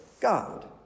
God